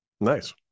Nice